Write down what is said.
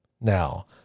now